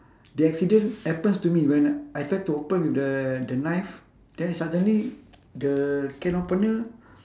the accident happens to me when I try to open with the the knife then suddenly the can opener